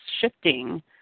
shifting